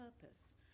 purpose